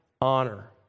honor